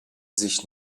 sich